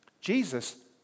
Jesus